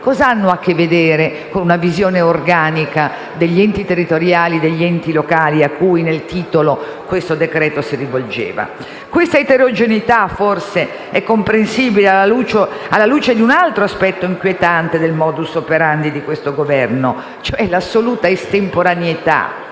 cosa hanno a che vedere con una visione organica degli enti territoriali ai quali nel titolo questo decreto-legge si rivolgeva? Forse questa eterogeneità è comprensibile alla luce di un altro aspetto inquietante del *modus operandi* di questo Governo, cioè l'assoluta estemporaneità,